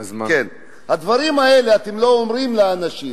את הדברים האלה אתם לא אומרים לאנשים,